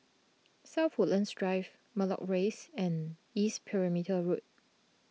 South Woodlands Drive Matlock Rise and East Perimeter Road